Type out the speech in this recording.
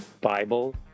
Bible